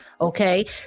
okay